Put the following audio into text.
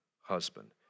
husband